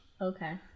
Okay